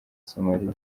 somalia